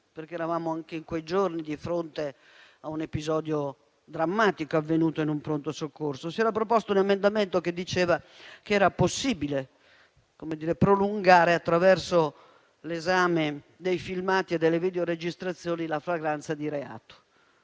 perché anche in quei giorni eravamo di fronte a un episodio drammatico avvenuto in un pronto soccorso. Tale emendamento diceva che era possibile prolungare, attraverso l'esame dei filmati e delle videoregistrazioni, la flagranza di reato.